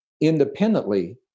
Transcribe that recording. independently